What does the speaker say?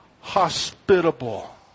hospitable